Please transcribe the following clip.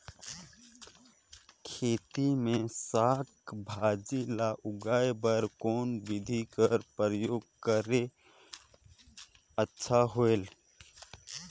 खेती मे साक भाजी ल उगाय बर कोन बिधी कर प्रयोग करले अच्छा होयल?